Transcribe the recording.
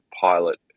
pilot